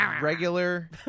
regular